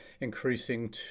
increasing